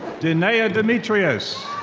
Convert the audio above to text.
denaiya demetrius.